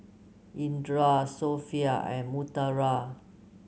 Indra Sofea and Putera